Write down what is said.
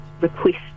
request